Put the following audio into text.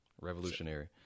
Revolutionary